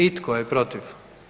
I tko je protiv?